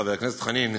חבר הכנסת חנין,